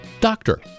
doctor